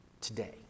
today